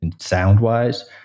sound-wise